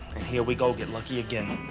and here we go get lucky again.